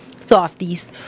softies